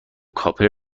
کاپر